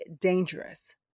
dangerous